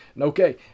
Okay